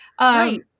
Right